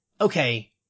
okay